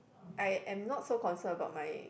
I am not so concern about my